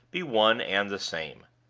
be one and the same.